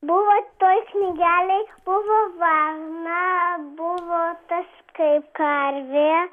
buvo toj knygelėj buvo varna buvo tas kaip karvė